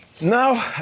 No